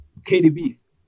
KDB's